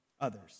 others